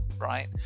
right